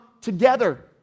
together